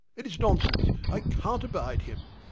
it is nonsense, i can't abide him!